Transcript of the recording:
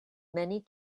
many